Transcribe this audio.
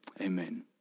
Amen